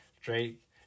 Drake